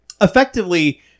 Effectively